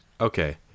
okay